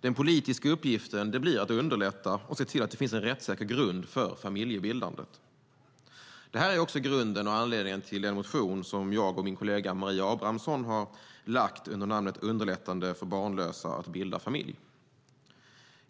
Den politiska uppgiften blir att underlätta och se till att det finns en rättssäker grund för familjebildandet. Detta är också grunden och anledningen till den motion som min kollega Maria Abrahamsson och jag har väckt under namnet Underlättande för barnlösa att bilda familj .